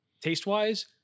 taste-wise